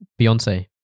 Beyonce